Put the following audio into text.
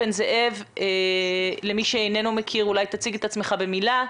תציג את עצמך במילה.